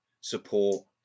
support